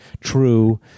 True